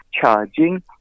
Charging